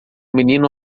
menino